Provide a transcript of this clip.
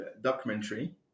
documentary